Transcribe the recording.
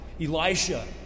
Elisha